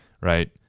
right